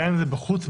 גם אם זה בחוץ,